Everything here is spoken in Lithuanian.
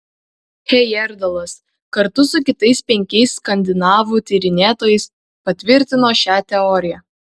hejerdalas kartu su kitais penkiais skandinavų tyrinėtojais patvirtino šią teoriją